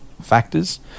factors